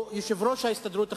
או על יושב-ראש ההסתדרות החדשה.